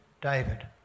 David